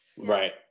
Right